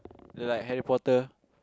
the like Harry-Potter